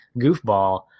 goofball